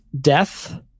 death